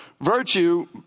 virtue